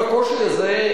והקושי הזה,